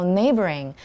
neighboring